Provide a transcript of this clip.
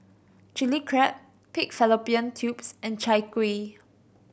Chilli Crab pig fallopian tubes and Chai Kueh